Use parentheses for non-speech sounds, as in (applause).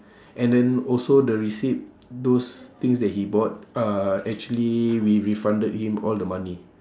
(breath) and then also the receipt those things that he brought uh actually we refunded him all the money